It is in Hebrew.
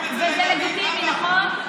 למה, וזה לגיטימי, נכון?